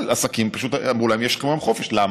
בכלל, עסקים, פשוט אמרו להם: יש יום חופש, למה?